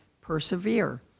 persevere